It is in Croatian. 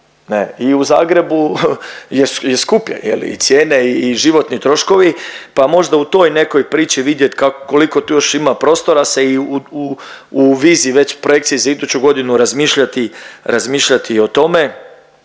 I u Zagrebu je skuplje je li i cijene i životni troškovi pa možda u toj nekoj priči vidjet kako, koliko tu još ima prostora se i u viziji već projekcije za iduću godinu razmišljati,